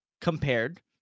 compared